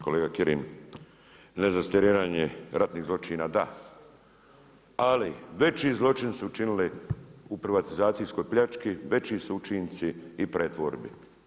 Kolega Kirin, ne zastarijevanje ratnih zločina da, ali veći zločin su učinili u privatizacijskoj pljački, veći su učinci i pretvorbi.